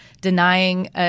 denying